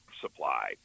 supply